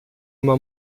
uma